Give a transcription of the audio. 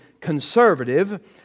conservative